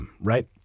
right